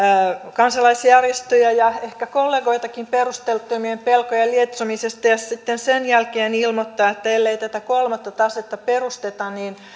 kansalaisjärjestöjä ja ehkä kollegoitakin perusteettomien pelkojen lietsomisesta ja sitten sen jälkeen ilmoittaa että ellei tätä kolmatta tasetta perusteta niin